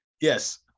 Yes